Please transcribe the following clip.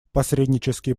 посреднические